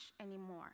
anymore